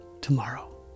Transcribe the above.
tomorrow